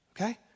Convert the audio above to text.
Okay